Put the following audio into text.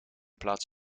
plaats